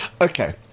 Okay